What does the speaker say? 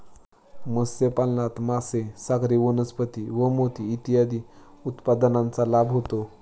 मत्स्यपालनात मासे, सागरी वनस्पती व मोती इत्यादी उत्पादनांचा लाभ होतो